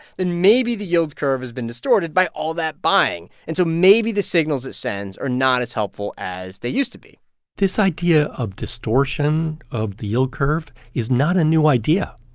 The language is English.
then maybe the yield curve has been distorted by all that buying. and so maybe the signals it sends are not as helpful as they used to be this idea of distortion of the yield curve is not a new idea.